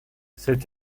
cette